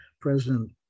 President